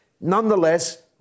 nonetheless